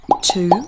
two